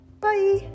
Bye